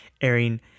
airing